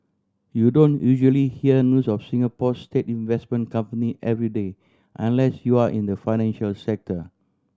you don't usually hear news of Singapore's state investment company every day unless you're in the financial sector